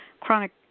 chronic